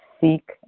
seek